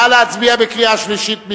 נא להצביע בקריאה שלישית.